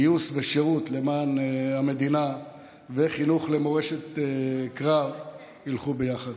גיוס לשירות למען המדינה וחינוך למורשת קרב ילכו ביחד.